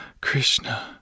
Krishna